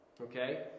Okay